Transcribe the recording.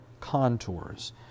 contours